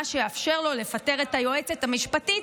מה שיאפשר לו לפטר את היועצת המשפטית,